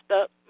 up